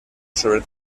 sobre